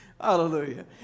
Hallelujah